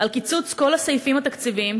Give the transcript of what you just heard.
על קיצוץ כל הסעיפים התקציביים,